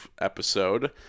episode